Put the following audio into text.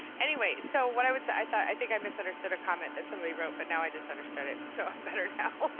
anyway, so, what i would say. i thought. i think i misunderstood a comment that somebody wrote, but now i just understood it, so i'm better now.